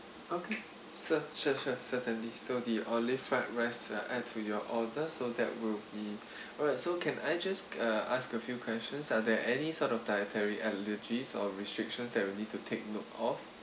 okay cer~ sure sure certainly so the olive fried rice uh add to your order so that will be alright so can I just uh ask a few questions are there any sort of dietary allergies or restrictions that we'll need to take note of